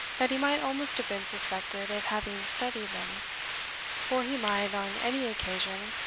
that he might almost have been suspected of having studied them for he might, on any occasion,